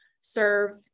serve